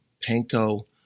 Panko